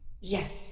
Yes